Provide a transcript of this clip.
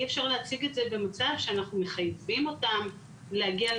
אי אפשר את זה במצב שאנחנו מחייבים אותם להגיע.